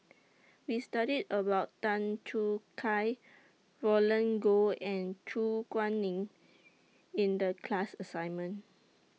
We studied about Tan Choo Kai Roland Goh and Su Guaning in The class assignment